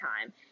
time